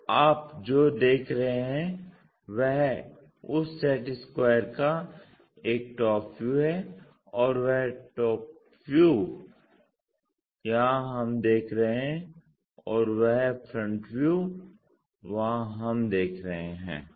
तो आप जो देख रहे हैं वह उस सेट स्क्वायर का एक टॉप व्यू है और वह टॉप व्यू यहां हम देख रहे हैं और वह फ्रंट व्यू वहां हम देख रहे है